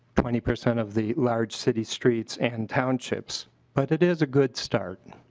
twenty percent of the large city streets and townships but it is a good start.